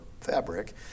fabric